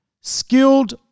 skilled